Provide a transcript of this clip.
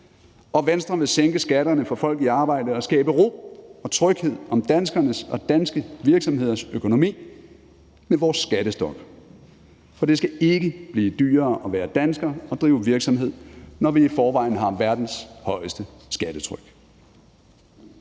Og Venstre vil sænke skatterne for folk i arbejde og skabe ro og tryghed om danskernes og danske virksomheders økonomi med vores skattestop. For det skal ikke blive dyrere at være dansker og drive virksomhed, når vi i forvejen har verdens højeste skattetryk.